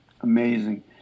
amazing